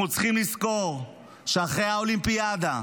אנחנו צריכים לזכור שאחרי האולימפיאדה,